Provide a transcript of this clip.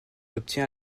obtient